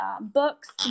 books